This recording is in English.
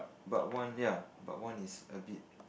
but one ya but one is a bit